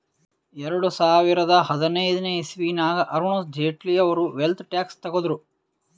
ಎರಡು ಸಾವಿರದಾ ಹದಿನೈದನೇ ಇಸವಿನಾಗ್ ಅರುಣ್ ಜೇಟ್ಲಿ ಅವ್ರು ವೆಲ್ತ್ ಟ್ಯಾಕ್ಸ್ ತಗುದ್ರು